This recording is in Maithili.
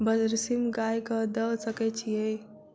बरसीम गाय कऽ दऽ सकय छीयै?